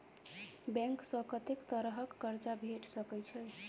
Bank सऽ कत्तेक तरह कऽ कर्जा भेट सकय छई?